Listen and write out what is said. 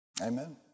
Amen